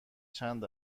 چند